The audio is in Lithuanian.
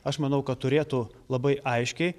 aš manau kad turėtų labai aiškiai